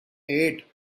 eight